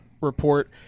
report